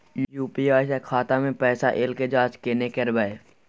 UPI स खाता मे पैसा ऐल के जाँच केने करबै?